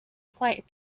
flight